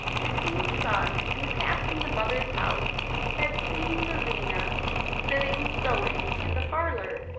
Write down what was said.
the king's son in passing the mother's house had seen lizina sitting sewing in the parlour,